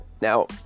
Now